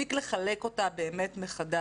מספיק לחלק אותה מחדש.